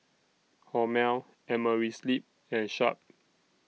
Hormel Amerisleep and Sharp